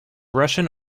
russian